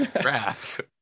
draft